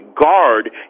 guard